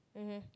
mmhmm